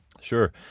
Sure